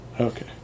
Okay